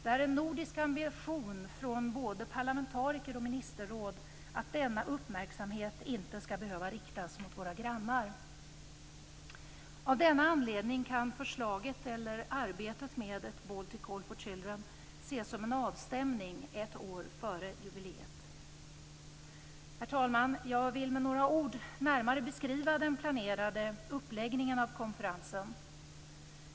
Det är en nordisk ambition, från både parlamentariker och ministerråd, att denna uppmärksamhet inte skall behöva riktas mot våra grannar. Av denna anledning kan förslaget eller arbetet med ett Baltic Call for Children ses som en avstämning ett år före jubileet. Herr talman! Jag vill med några ord närmare beskriva den planerade uppläggningen av konferensen.